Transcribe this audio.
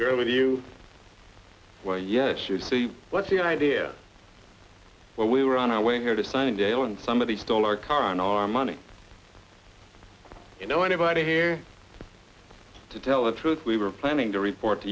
girl you were yes you see what's the idea well we were on our way here to sign dale and somebody stole our car and our money you know anybody here to tell the truth we were planning to report to